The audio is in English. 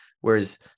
Whereas